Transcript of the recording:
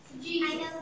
Jesus